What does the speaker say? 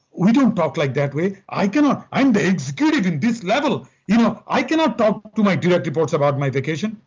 we don't talk like that way. i cannot, i'm the executive in this level. you know i cannot talk to my direct reports about my vacation.